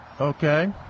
Okay